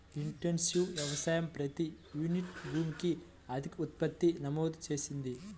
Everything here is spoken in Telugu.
ఇంటెన్సివ్ వ్యవసాయం ప్రతి యూనిట్ భూమికి అధిక ఉత్పత్తిని నమోదు చేసింది